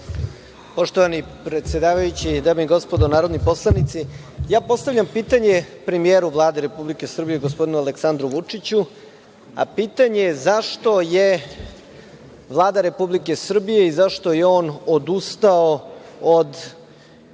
Poštovani predsedavajući, dame i gospodo narodni poslanici, ja postavljam pitanje premijeru Vlade Republike Srbije gospodinu Aleksandru Vučiću, a pitanje zašto je Vlada Republike Srbije i zašto je on odustao od